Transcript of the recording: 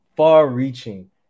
far-reaching